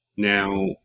Now